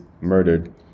murdered